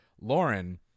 Lauren